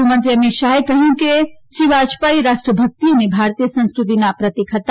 ગૃહમંત્રી અમિત શાહે કહ્યું કે રી વાજપાઇ રાષ્ટ્રભકિત અને ભારતીય સંસ્કૃતિના પ્રતિક હતા